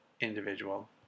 individual